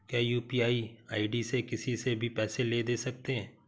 क्या UPI ID से किसी से भी पैसे ले दे सकते हैं?